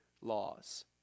laws